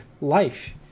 life